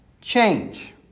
change